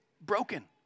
broken